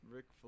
Rick